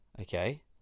okay